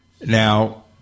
now